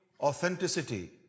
authenticity